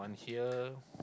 here